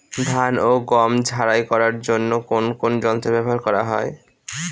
ধান ও গম ঝারাই করার জন্য কোন কোন যন্ত্র ব্যাবহার করা হয়?